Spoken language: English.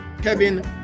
Kevin